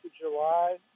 July